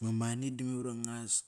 Ma money di memar iva ngas.